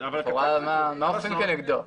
מה עושים כנגדו?